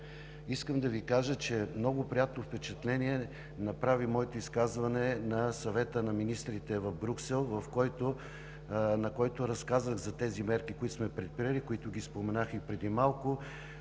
Искам да Ви кажа, че много приятно впечатление направи моето изказване на Съвета на министрите в Брюксел, на който разказах за мерките, които сме предприели – споменах ги преди малко.